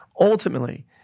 ultimately